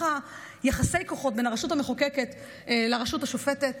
יחסי הכוחות בין הרשות המחוקקת לרשות השופטת,